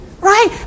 Right